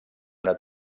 una